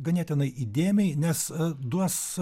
ganėtinai įdėmiai nes duos